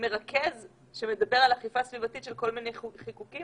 מרכז שמדבר על אכיפה סביבתית של כל מיני חיקוקים